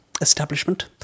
establishment